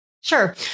Sure